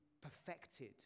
perfected